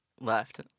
Left